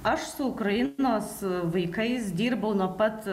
aš su ukrainos vaikais dirbau nuo pat